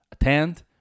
attend